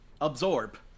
Absorb